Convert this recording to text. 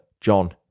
John